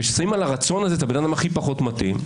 שמים על הרצון הזה את הבן אדם הכי פחות מתאים,